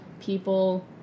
people